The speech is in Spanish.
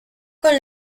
con